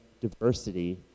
diversity